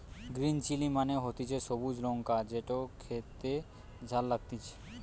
green chilli মানে হতিছে সবুজ লঙ্কা যেটো খেতে ঝাল লাগতিছে